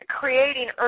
creating